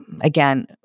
again